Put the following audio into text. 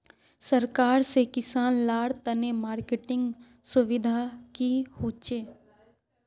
सरकार से किसान लार तने मार्केटिंग सुविधा की होचे?